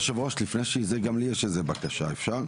יושב הראש, לפני זה גם לי יש איזושהי בקשה, אפשר?